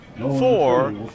four